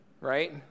right